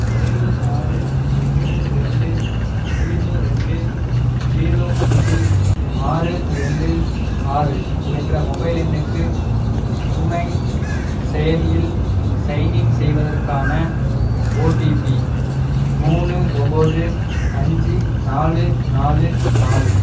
ஏழு ஆறு ஒன்று ரெண்டு ஜீரோ ரெண்டு ஜீரோ அஞ்சு ஆறு ரெண்டு ஆறு என்ற மொபைல் எண்ணுக்கு உமாங் செயலியில் சைன்இன் செய்வதற்கான ஓடிபி மூணு ஒம்போது அஞ்சு நாலு நாலு நாலு